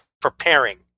preparing